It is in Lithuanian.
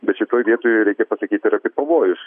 bet šitoj vietoj reikia pasakyt ir apie pavojus